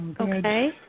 Okay